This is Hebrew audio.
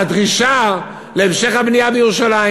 לדרישה להמשך הבנייה בירושלים?